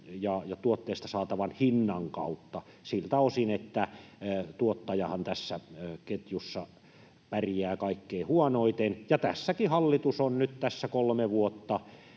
ja tuotteista saatavan hinnan kautta siltä osin, että tuottajahan tässä ketjussa pärjää kaikkein huonoiten. Tässäkin hallitus on kolme vuotta